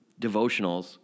devotionals